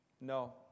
No